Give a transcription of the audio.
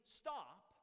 stop